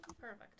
Perfect